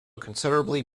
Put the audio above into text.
considerably